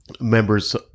members